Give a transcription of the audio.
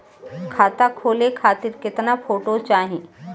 खाता खोले खातिर केतना फोटो चाहीं?